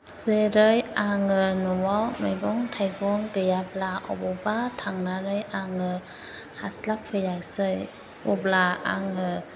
जेरै आङो न'आव मैगं थाइगं गैयाब्ला अबावबा थांनानै आङो हास्लाबफैयाखिसै अब्ला आङो